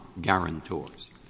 guarantors